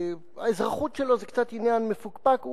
שהאזרחות שלו זה קצת עניין מפוקפק,